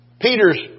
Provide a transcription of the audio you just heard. Peter's